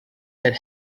that